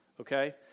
okay